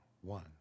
one